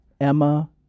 Emma